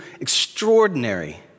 extraordinary